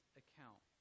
account